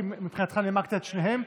כי מבחינתך נימקת את שתיהן.